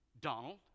Donald